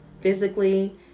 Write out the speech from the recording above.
physically